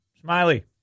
Smiley